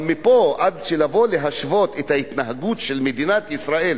מפה ועד לבוא ולהשוות את ההתנהגות של מדינת ישראל,